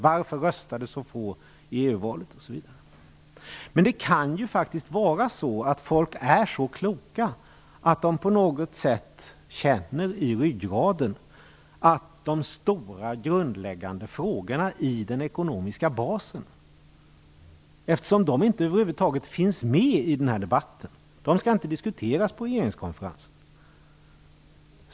Varför röstade så få i Det kan ju faktiskt vara så att folk är så kloka att de på något sätt känner i ryggraden att de stora, grundläggande frågorna i den ekonomiska basen över huvud taget inte finns med i denna debatt. De skall inte diskuteras på regeringskonferensen.